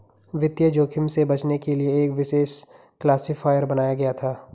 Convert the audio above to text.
वित्तीय जोखिम से बचने के लिए एक विशेष क्लासिफ़ायर बनाया गया था